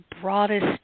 broadest